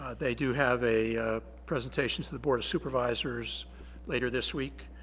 they do have a presentation to the board of supervisors later this week.